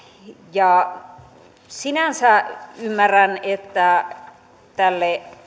sinänsä ymmärrän että tälle